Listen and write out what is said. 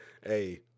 hey